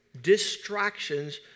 Distractions